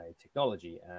technology